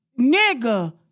nigga